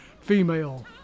female